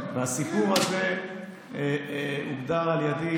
והסיפור הזה הוגדר על ידי,